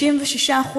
56%